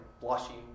blushing